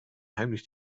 heimlich